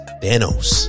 Thanos